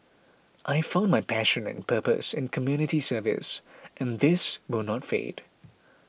I found my passion and purpose in community service and this will not fade